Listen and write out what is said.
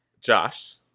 Josh